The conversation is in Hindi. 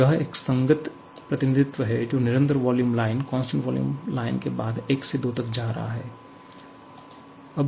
तो यह एक संगत प्रतिनिधित्व है जो निरंतर वॉल्यूम लाइन के बाद 1 से 2 तक जा रहा है